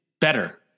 better